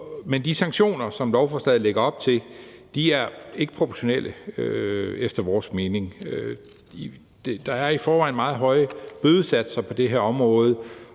Men de sanktioner, som lovforslaget lægger op til, er ikke proportionale efter vores mening. Der er i forvejen meget høje bødesatser på det her område.